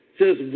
says